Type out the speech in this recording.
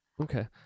okay